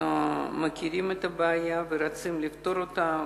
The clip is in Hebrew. אנחנו מכירים את הבעיה ורוצים לפתור אותה.